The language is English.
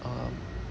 um